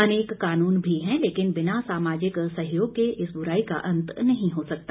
अनेक कानून भी हैं लेकिन बिना सामाजिक सहयोग के इस बुराई का अंत नहीं हो सकता